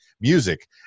music